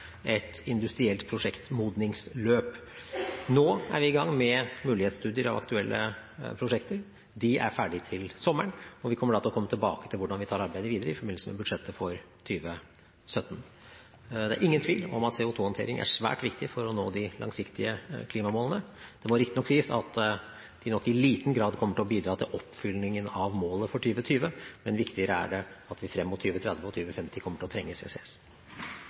et industrielt prosjektmodningsløp. Nå er vi i gang med mulighetsstudier av aktuelle prosjekter. De er ferdige til sommeren, og vi kommer tilbake til hvordan vi tar arbeidet videre i forbindelse med budsjettet for 2017. Det er ingen tvil om at CO2-håndtering er svært viktig for å nå de langsiktige klimamålene. Det må riktignok sies at det nok i liten grad kommer til å bidra til oppfyllelsen av målet for 2020, men viktigere er det at vi frem mot 2030 og 2050 kommer til å trenge CCS.